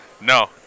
No